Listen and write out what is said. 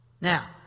Now